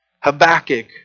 Habakkuk